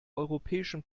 europäischen